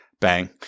Bang